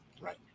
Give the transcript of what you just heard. right